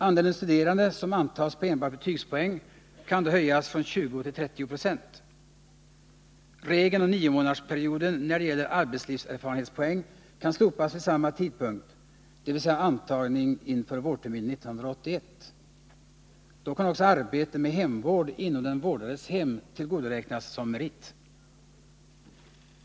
Andelen studerande som antas på enbart betygspoäng kan då höjas från 20 till 30 26. Regeln om niomånadersperioden när det gäller arbetslivserfarenhetspoäng kan slopas vid samma tidpunkt, dvs. vid antagning inför vårterminen 1981. Då kan också arbete med hemvård inom den vårdades hem tillgodoräknas som merit.